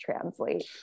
translate